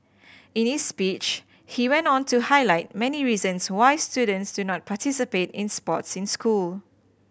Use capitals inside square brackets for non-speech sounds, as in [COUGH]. in [UNINTELLIGIBLE] speech he went on to highlight many reasons why students do not participate in sports in school